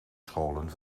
scholen